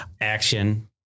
action